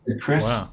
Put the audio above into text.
Chris